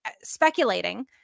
speculating